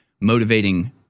motivating